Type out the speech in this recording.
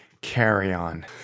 carry-on